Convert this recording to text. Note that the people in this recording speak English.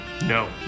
No